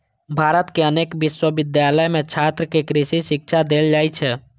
भारतक अनेक विश्वविद्यालय मे छात्र कें कृषि शिक्षा देल जाइ छै